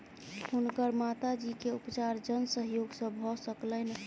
हुनकर माता जी के उपचार जन सहयोग से भ सकलैन